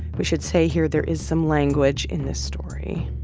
we should say here there is some language in this story.